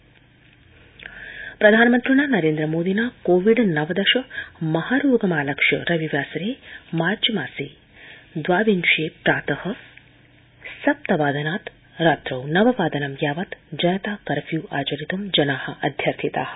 प्रधानमन्त्रीकोरोना प्रधानमन्त्रिणा नरेन्द्रमोदिना कोविड नवदश महारोगमालक्ष्य रविवासरे मार्चमासे द्वाविंशे प्रात सप्तवादनात् रात्रौ नववादनं यावत् जनता कर्फ्यू आचरित् जना अध्यर्थिता